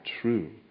true